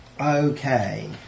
Okay